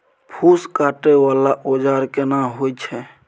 फूस काटय वाला औजार केना होय छै?